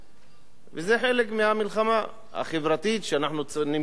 וזה חלק מהמלחמה החברתית שאנחנו נמצאים בתוכה,